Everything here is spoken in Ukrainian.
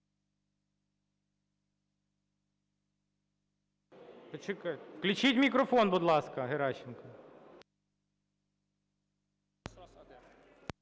Включіть мікрофон, будь ласка, Геращенку.